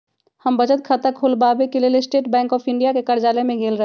हम बचत खता ख़ोलबाबेके लेल स्टेट बैंक ऑफ इंडिया के कर्जालय में गेल रही